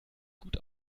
gut